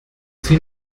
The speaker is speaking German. sie